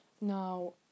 Now